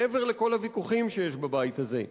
מעבר לכל הוויכוחים שיש בבית הזה,